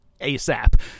ASAP